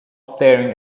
staring